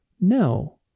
No